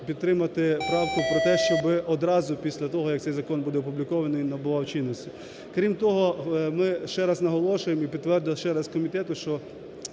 підтримати правку про те, щоб одразу після того, як цей закон буде опублікований, набував чинності. Крім того, ми ще наголошуємо і підтвердили ще раз комітету, що